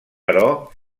però